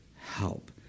help